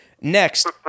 Next